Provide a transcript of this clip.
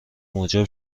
موجب